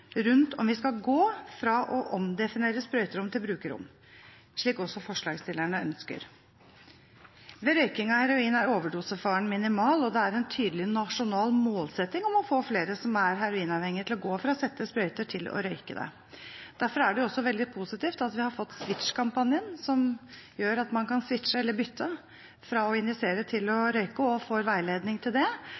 rundt hvorvidt vi skal gå fra å omdefinere sprøyterom til brukerrom, slik også forslagsstillerne ønsker. Ved røyking av heroin er overdosefaren minimal, og det er en tydelig nasjonal målsetting om å få flere som er heroinavhengige, til å gå fra å sette sprøyter til å røyke det. Derfor er det også veldig positivt at vi har fått SWITCH-kampanjen, som gjør at man kan switche, eller bytte, fra å injisere til å røyke og få veiledning til det,